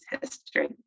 history